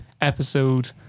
episode